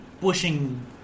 pushing